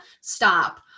stop